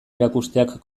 erakusteak